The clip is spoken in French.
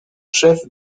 chef